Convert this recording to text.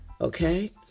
Okay